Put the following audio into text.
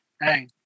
hey